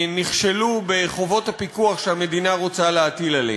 נכשלו בחובות הפיקוח שהמדינה רוצה להטיל עליהם.